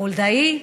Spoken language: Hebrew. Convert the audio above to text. חולדאי,